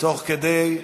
תוך כדי.